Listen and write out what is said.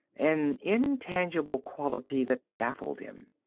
an intangible quality that baffled him.